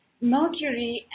Mercury